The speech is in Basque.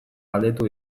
galdetu